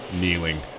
kneeling